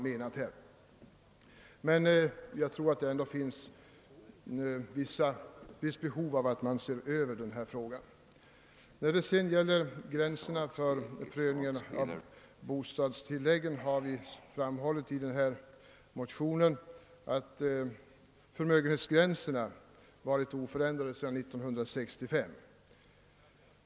Men jag tror ändå att det finns starka motiv för att se över denna fråga. Beträffande gränserna för prövningen av bostadstilläggen har vi framhållit i motionen, att förmögenhetsgränserna varit oförändrade sedan 1965.